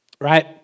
Right